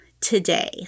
today